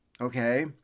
okay